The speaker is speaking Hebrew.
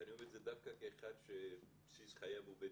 ואני אומר את זה דווקא כאחד שבסיס חיי בדימונה.